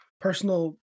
personal